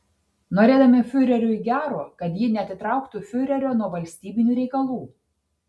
norėdami fiureriui gero kad ji neatitrauktų fiurerio nuo valstybinių reikalų